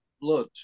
blood